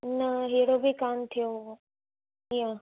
न अहिड़ो बि कान थियो हुओ हीअं